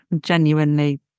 genuinely